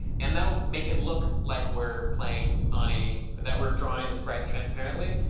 and that will make it look like we're playing on a that we're drawing the sprites transparently.